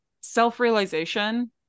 self-realization